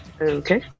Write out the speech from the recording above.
Okay